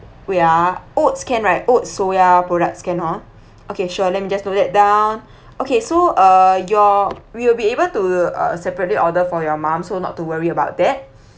wait ah oats can right oats soya products can hor okay sure let me just no that down okay so uh your we will be able to uh separately order for your mom so not to worry about that